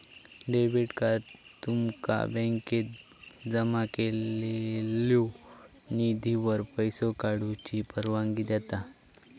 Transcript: debit card तुमका बँकेत जमा केलेल्यो निधीवर पैसो काढूची परवानगी देता